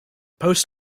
post